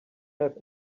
have